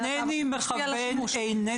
אינני מכוון לשימוש.